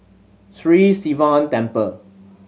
Sri Sivan Temple